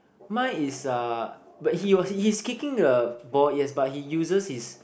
mine is uh but he was he's kicking the ball yes but he uses his